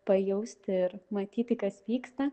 pajausti ir matyti kas vyksta